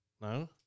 No